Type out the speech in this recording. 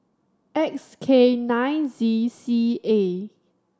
X K nine Z C A